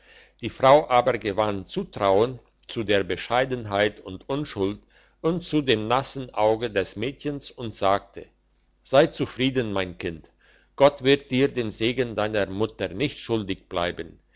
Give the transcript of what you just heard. die frau aber gewann zutrauen zu der bescheidenheit und unschuld und zu dem nassen auge des mädchens und sagte sei zufrieden mein kind gott wird dir den segen deiner mutter nicht schuldig bleiben